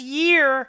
year